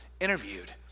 Interviewed